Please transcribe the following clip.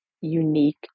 unique